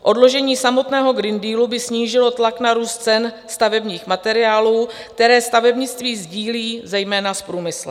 Odložení samotného Green Dealu by snížilo tlak na růst cen stavebních materiálů, které stavebnictví sdílí zejména s průmyslem.